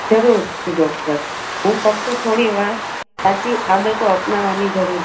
જરૂરથી ડોક્ટર હું ફક્ત થોડી વાર પાછી આદતો અપનાવાની જરૂર